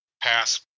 pass